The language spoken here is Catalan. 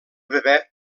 bebè